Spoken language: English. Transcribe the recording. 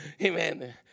Amen